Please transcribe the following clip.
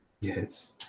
Yes